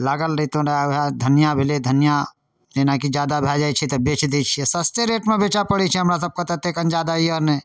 लागल रहितौं रहै वएह धनिआ भेलै धनिआ जेनाकि जादा भऽ जाए छै तऽ बेचि दै छिए सस्ते रेटमे बेचऽ पड़ै छै हमरा सभके ततेक अन्दाजा अइ ने